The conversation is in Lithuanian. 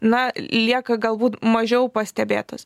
na lieka galbūt mažiau pastebėtos